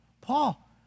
Paul